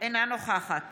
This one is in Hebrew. אינה נוכחת